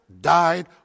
died